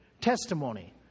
testimony